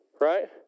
right